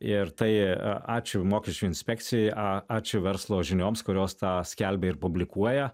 ir tai a ačiū mokesčių inspekcijai a ačiū verslo žinioms kurios tą skelbia ir publikuoja